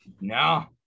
No